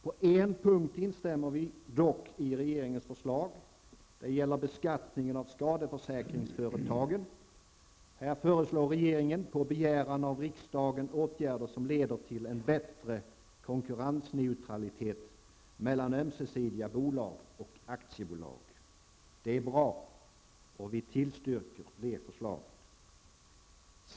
På en punkt instämmer vi dock i regeringens förslag. Det gäller beskattningen av skadeförsäkringsföretagen. Här föreslår regeringen på begäran av riksdagen åtgärder som leder till en bättre konkurrensneutralitet mellan ömsesidiga bolag och aktiebolag. Detta är bra och vi tillstyrker förslaget.